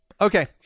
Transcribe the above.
Okay